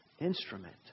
instrument